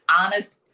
honest